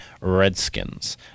Redskins